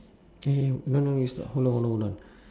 eh no no no it's not hold on hold on hold on